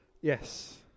Yes